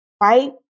Right